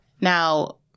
now